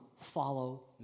follow